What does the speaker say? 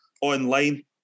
online